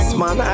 man